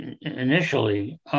initially